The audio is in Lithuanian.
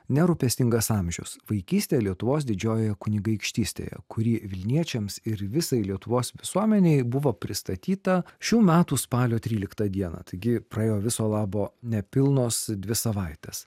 nerūpestingas amžius vaikystę lietuvos didžiojoje kunigaikštystėje kuri vilniečiams ir visai lietuvos visuomenei buvo pristatyta šių metų spalio tryliktą dieną taigi praėjo viso labo nepilnos dvi savaitės